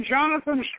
Jonathan